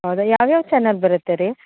ಹೌದ ಯಾವ್ಯಾವ ಚಾನಲ್ ಬರುತ್ತೆ ರೀ